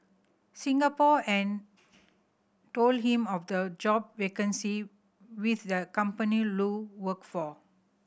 Singapore and told him of the job vacancy with the company Lu worked for